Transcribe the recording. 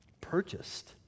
Purchased